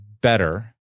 better